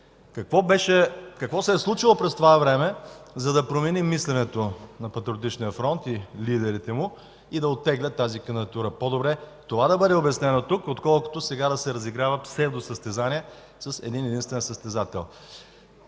Какво се е случило през това време, за да си промени мисленето Патриотичният фронт и лидерите му да оттеглят тази кандидатура? По-добре това да бъде обяснено тук, отколкото сега да се разиграват псевдосъстезания с един-единствен състезател.